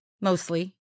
mostly